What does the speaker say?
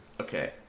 Okay